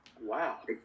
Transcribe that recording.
Wow